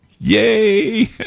Yay